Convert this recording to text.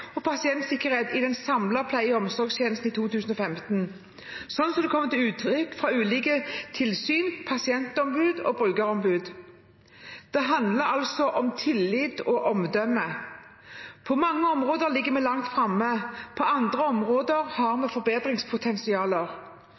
og pasientsikkerhet i den samlede pleie- og omsorgstjenesten i 2015, slik det kommer til uttrykk fra ulike tilsyn, pasientombud og brukerombud. Det handler om tillit og omdømme. På mange områder ligger vi langt framme. På andre områder har vi